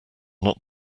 not